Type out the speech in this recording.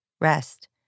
rest